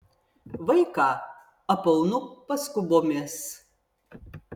vaiką apaunu paskubomis